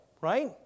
right